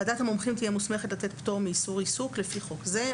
ועדת המומחים תהיה מוסמכת לתת פטור מאיסור עיסוק לפי חוק זה.